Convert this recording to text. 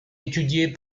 étudiées